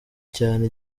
cyane